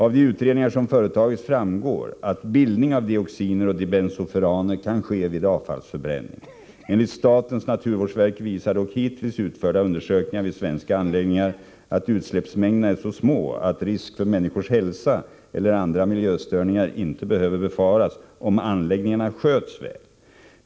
Av de utredningar som företagits framgår att bildning av dioxiner och dibensofuraner kan ske vid avfallsförbränning. Enligt statens naturvårdsverk visar dock hittills utförda undersökningar vid svenska anläggningar att utsläppsmängderna är så små att risk för människors hälsa eller andra miljöstörningar inte behöver befaras om anläggningarna sköts väl.